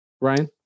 Ryan